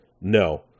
no